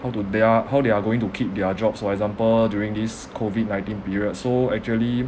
how to they are how they are going to keep their jobs for example during this COVID nineteen period so actually